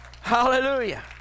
Hallelujah